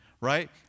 right